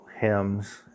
hymns